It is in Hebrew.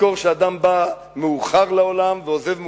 תזכור שאדם בא מאוחר לעולם ועוזב מוקדם,